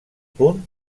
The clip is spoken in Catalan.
punt